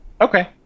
Okay